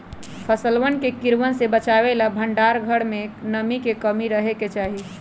फसलवन के कीड़वन से बचावे ला भंडार घर में नमी के कमी रहे के चहि